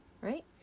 Right